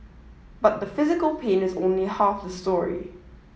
but the physical pain is only half the story